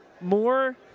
more